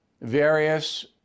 various